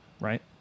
right